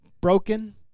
Broken